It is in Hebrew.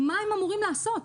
מה הם אמורים לעשות?